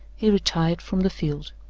he retired from the field.